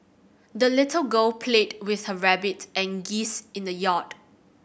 the little girl played with her rabbit and geese in the yard